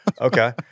okay